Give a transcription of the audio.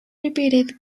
repeated